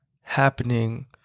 happening